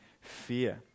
fear